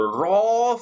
raw